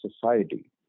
society